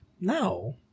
No